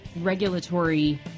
regulatory